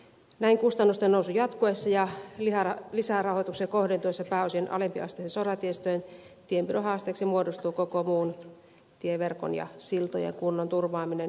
näin kustannusten nousun jatkuessa ja lisärahoituksen kohdentuessa pääosin alempiasteiseen soratiestöön tienpidon haasteeksi muodostuu koko muun tieverkon ja siltojen kunnon turvaaminen